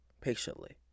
patiently